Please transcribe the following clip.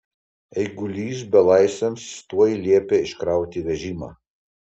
eigulys belaisviams tuoj liepė iškrauti vežimą